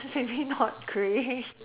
maybe not great